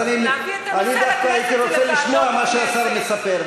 אז אני דווקא הייתי רוצה לשמוע מה שהשר מספר,